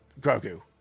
Grogu